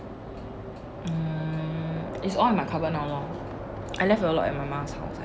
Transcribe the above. mm it's all in my cupboard now lor